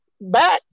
back